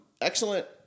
excellent